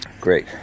great